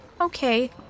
Okay